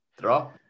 Draw